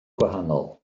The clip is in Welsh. gwahanol